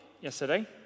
yesterday